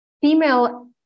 female